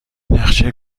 نقشه